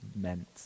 meant